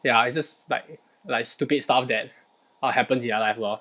ya it's just like like stupid stuff that what happens in their life lor